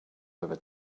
over